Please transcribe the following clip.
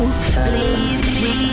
please